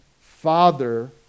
father